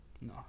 No